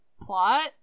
plot